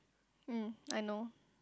mm I know